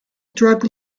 drug